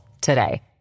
today